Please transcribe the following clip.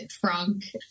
frank